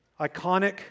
iconic